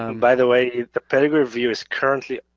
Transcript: um by the way the pedigree view is currently,